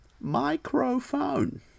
microphone